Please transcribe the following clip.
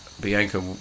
Bianca